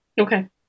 Okay